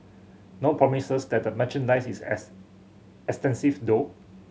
no promises that the merchandise is as extensive though